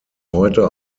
heute